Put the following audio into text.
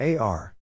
AR